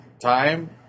time